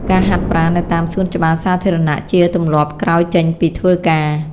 ការហាត់ប្រាណនៅតាមសួនច្បារសាធារណៈជាទម្លាប់ក្រោយចេញពីធ្វើការ។